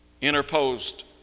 interposed